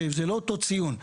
שזה לא אותו ציון.